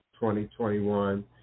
2021